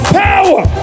power